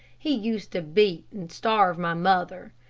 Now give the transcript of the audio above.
he used to beat and starve my mother.